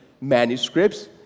manuscripts